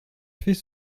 fait